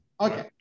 Okay